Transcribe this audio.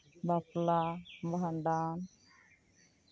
ᱵᱟᱯᱞᱟ ᱵᱷᱟᱸᱰᱟᱱ